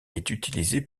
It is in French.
utilisé